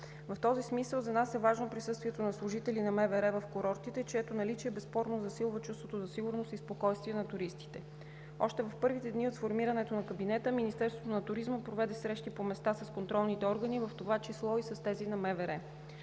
В този смисъл за нас е важно присъствието на служители на МВР в курортите, чието наличие безспорно засилва чувството за сигурност и спокойствие на туристите. Още в първите дни от сформирането на кабинета Министерството на туризма проведе срещи по места с контролните органи, в това число и с тези на МВР.